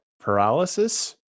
paralysis